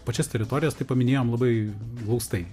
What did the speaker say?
pačias teritorijas tai paminėjom labai glaustai